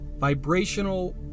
vibrational